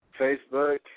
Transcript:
Facebook